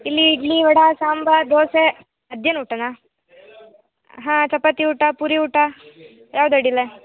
ಇಲ್ಲಿ ಇಡ್ಲಿ ವಡೆ ಸಾಂಬಾರ್ ದೋಸೆ ಮಧ್ಯಾಹ್ನ ಊಟನಾ ಹಾಂ ಚಪಾತಿ ಊಟ ಪೂರಿ ಊಟ ಯಾವ್ದೂ ಅಡ್ಡಿಲ್ಲ